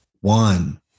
one